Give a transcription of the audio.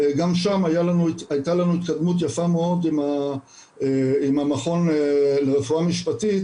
גם שם הייתה לנו התקדמות יפה מאוד עם המכון לרפואה משפטית,